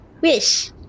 Wish